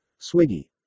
Swiggy